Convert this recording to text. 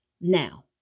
Now